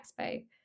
Expo